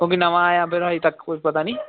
ਕਿਉਂਕਿ ਨਵਾਂ ਆਇਆ ਫਿਰ ਅਜੇ ਤੱਕ ਕੋਈ ਪਤਾ ਨਹੀਂ